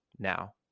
now